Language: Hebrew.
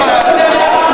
חבר הכנסת פרוש.